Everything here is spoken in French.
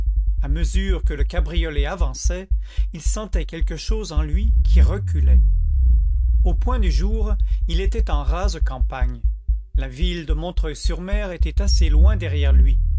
à mesure que le cabriolet avançait il sentait quelque chose en lui qui reculait au point du jour il était en rase campagne la ville de montreuil sur mer était assez loin derrière lui